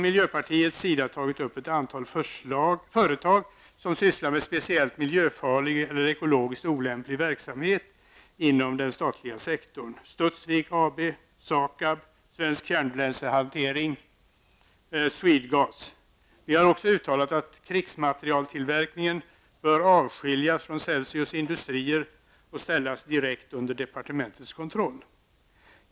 Miljöpartiet har omnämnt ett antal företag som sysslar med speciellt miljöfarlig eller ekologiskt olämplig verksamhet inom den statliga sektorn: Kärnbränslehantering och Swedegas. Vi har också uttalat att krigsmaterieltillverkningen bör avskiljas från Celsius industrier och ställas direkt under departementets kontroll.